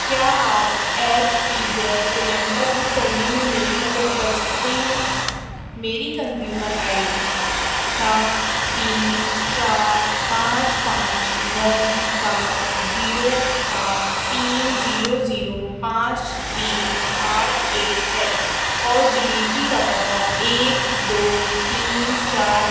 کیا آپ H P gas cylinder book کرنے میں میری مدد کر سکتے ہیں میری کنزیومر آئی ڈی سات تین چار پانچ پانچ نو سات زیرو سات تین زیرو زیرو پانچ تین آٹھ ایک ہے اور ڈیلیوری کا پتہ ایک دو تین چار